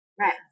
Right